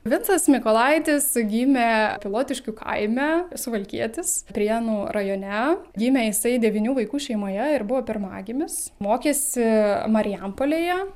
vincas mykolaitis gimė pilotiškių kaime suvalkietis prienų rajone gimė jisai devynių vaikų šeimoje ir buvo pirmagimis mokėsi marijampolėje